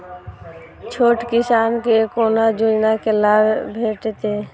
छोट किसान के कोना योजना के लाभ भेटते?